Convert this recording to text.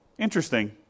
Interesting